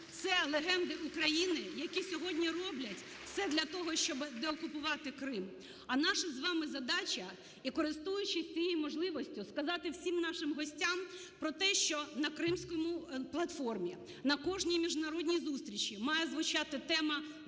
це легенди України, які сьогодні роблять все для того, щоби деокупувати Крим. (Оплески) А наша з вами задача, і користуючись цією можливістю, сказати всім нашим гостям про те, що на Кримській платформі, на кожній міжнародній зустрічі має звучати тема звільнення